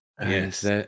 Yes